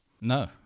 No